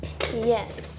Yes